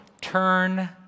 turn